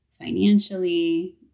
financially